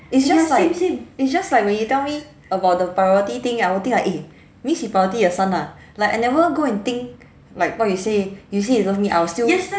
it's just like it's just like when you tell me about the priority thing I will think like eh means he priority the son ah like I never go and think like what you say you say you love me I will still